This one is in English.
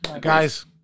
guys